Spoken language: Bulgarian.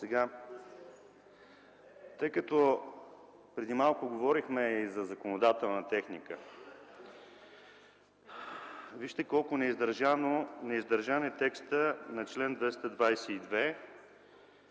тъй като преди малко говорихме за законодателна техника, вижте колко неиздържан е текстът на чл. 222,